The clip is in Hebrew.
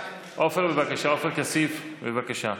עופר כסיף, בבקשה.